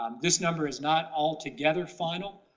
um this number is not altogether final,